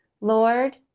Lord